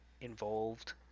involved